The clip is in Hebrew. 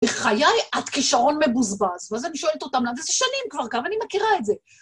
בחיי עד כשרון מבוזבז, ואז אני שואלת אותם למה, זה שנים כבר, כמה אני מכירה את זה.